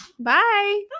Bye